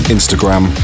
Instagram